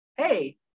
hey